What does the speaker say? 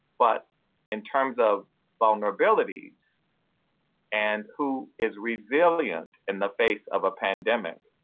but in terms of vulnerabilities and who is resilient in the face of a pandemic,